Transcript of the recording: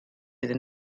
iddyn